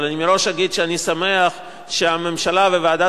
אבל אני מראש אגיד שאני שמח שהממשלה וועדת